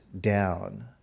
down